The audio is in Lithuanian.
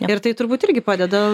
ir tai turbūt irgi padeda